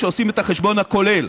כשעושים את החשבון הכולל.